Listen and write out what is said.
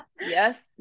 yes